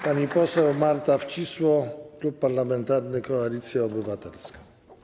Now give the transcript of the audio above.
Pani poseł Marta Wcisło, klub parlamentarny Koalicja Obywatelska.